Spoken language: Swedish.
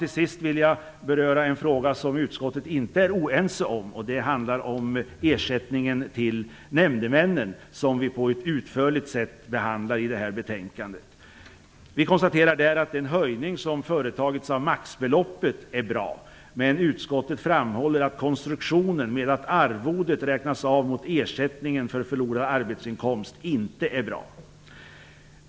Till sist vill jag beröra en fråga som utskottet inte är oense om, och det handlar om ersättningen till nämndemännen, som vi behandlar på ett utförligt sätt i detta betänkande. Vi konstaterar att den höjning som företagits av maximibeloppet är bra, men utskottet framhåller att konstruktionen med att arvodet räknas av mot ersättningen för förlorad arbetsinkomst inte är bra.